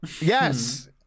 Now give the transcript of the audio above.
Yes